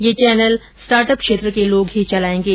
ये channel startup क्षेत्र के लोग ही चलायेंगे